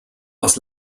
aus